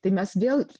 tai mes vėl